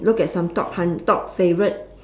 look at some top hun~ top favourite